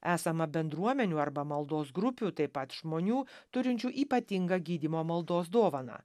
esama bendruomenių arba maldos grupių taip pat žmonių turinčių ypatingą gydymo maldos dovaną